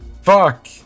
Fuck